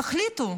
תחליטו,